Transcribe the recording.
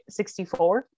64